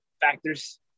factors